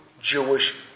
Jewish